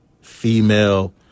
female